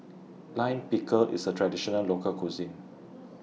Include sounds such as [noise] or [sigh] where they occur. [noise] Lime Pickle IS A Traditional Local Cuisine